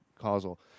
causal